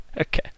Okay